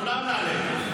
אחר כך כולנו נעלה.